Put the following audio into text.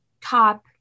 top